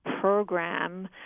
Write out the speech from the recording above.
program